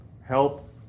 Help